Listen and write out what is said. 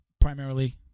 primarily